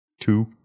Two